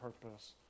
purpose